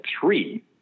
three